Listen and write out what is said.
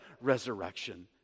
resurrection